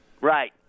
Right